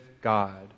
God